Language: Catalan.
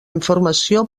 informació